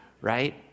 Right